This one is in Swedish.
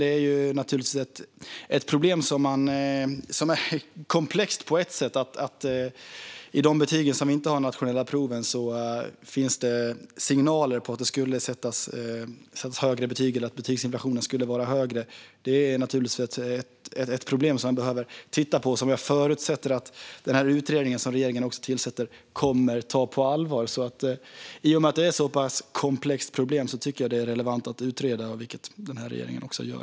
Det är dock komplext eftersom det finns signaler om att det sätts högre betyg i de ämnen som inte har nationella prov, vilket bidrar till betygsinflationen. Detta behöver vi givetvis titta på, och jag förutsätter att regeringens utredning kommer att ta detta på allvar. I och med att det är ett komplext problem är det relevant att utreda, vilket regeringen också gör.